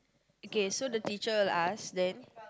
okay so the teacher ask them